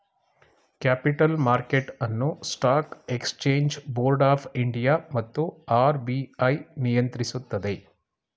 capital market ಅನ್ನು stock exchange board of India ಮತ್ತು RBI ನಿಯಂತ್ರಿಸುತ್ತದೆ